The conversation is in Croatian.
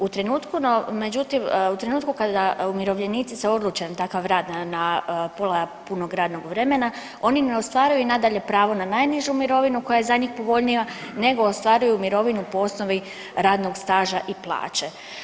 U trenutku, no međutim u trenutku kada umirovljenici se odluče na takav rad na pola punog radnog vremena oni ne ostvaruju i nadalje pravo na najnižu mirovinu koja je za njih povoljnija nego ostvaruju mirovinu po osnovi radnog staža i plaće.